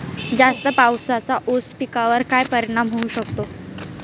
जास्त पावसाचा ऊस पिकावर काय परिणाम होऊ शकतो?